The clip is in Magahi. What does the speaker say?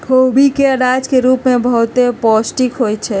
खोबि के अनाज के रूप में बहुते पौष्टिक होइ छइ